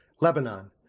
Lebanon